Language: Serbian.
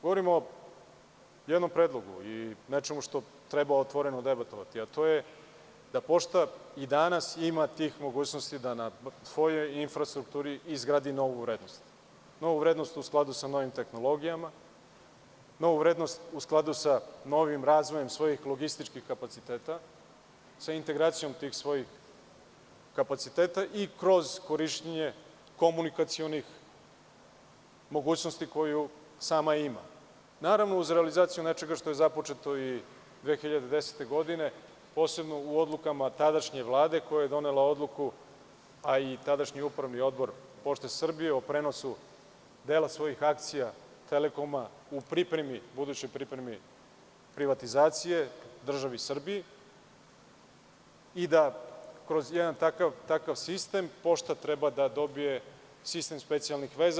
Govorim o jednom predlogu i nečemu o čemu treba otvoreno debatovati, a to je da pošta i danas ima tih mogućnosti da na svojoj infrastrukturi izgradi novu vrednost u skladu sa novim tehnologijama, novu vrednost u skladu sa novim razvojem svojih logističkih kapaciteta, sa integracijama tih svojih kapaciteta i kroz korišćenje komunikacionih mogućnosti koje sama ima, naravno, uz realizaciju nečega što je započeto i 2010. godine, posebno u odlukama tadašnje Vlade, koja je donela odluku, a i tadašnji upravni odbor „Pošte Srbije“ o prenosu svojih dela akcija Telekoma u budućoj pripremi privatizacije državi Srbiji i da kroz jedan takav sistem pošta treba da dobije sistem specijalnih veza.